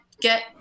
get